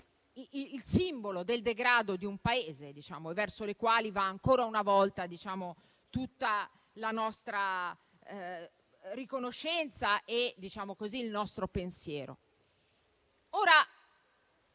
il simbolo del degrado di un Paese e verso le quali va, ancora una volta, tutta la nostra riconoscenza e tutto il nostro pensiero.